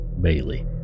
Bailey